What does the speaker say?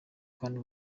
kandi